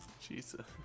Jesus